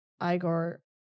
Igor